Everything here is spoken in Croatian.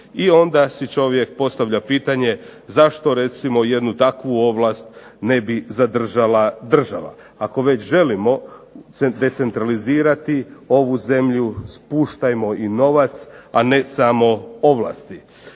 I onda si čovjek postavlja pitanje zašto recimo jednu takvu ovlast ne bi zadržala država. Ako već želimo decentralizirati ovu zemlju spuštajmo im novac, a ne samo ovlasti.